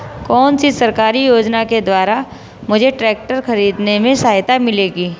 कौनसी सरकारी योजना के द्वारा मुझे ट्रैक्टर खरीदने में सहायता मिलेगी?